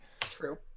true